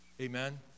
Amen